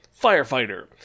Firefighter